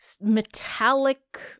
metallic